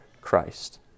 Christ